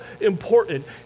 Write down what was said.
important